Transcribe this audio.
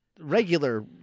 regular